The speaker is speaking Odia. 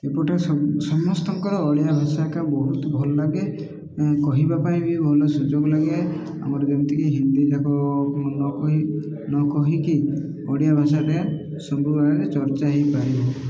ଏପଟେ ସମସ୍ତଙ୍କର ଓଡ଼ିଆ ଭାଷାଟା ବହୁତ ଭଲ ଲାଗେ କହିବା ପାଇଁ ବି ଭଲ ସୁଯୋଗ ଲାଗେ ଆମର ଯେମିତିକି ହିନ୍ଦୀ ଯାକ ନ ନ କହିକି ଓଡ଼ିଆ ଭାଷାଟା ସବୁବେଳେରେ ଚର୍ଚ୍ଚା ହେଇପାରେ